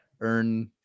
Earn